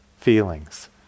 feelings